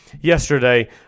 yesterday